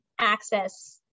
access